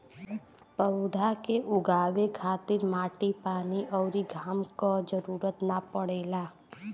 पौधा के उगावे खातिर माटी पानी अउरी घाम क जरुरत ना पड़ेला